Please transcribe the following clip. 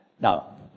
Now